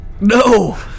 No